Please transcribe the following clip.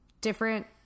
different